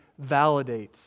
validates